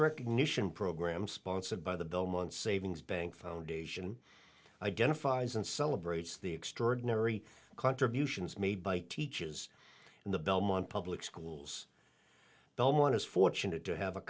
recognition program sponsored by the belmont savings bank foundation identifies and celebrates the extraordinary contributions made by teaches in the belmont public schools belmont is fortunate to have a